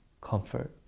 comfort